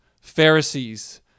Pharisees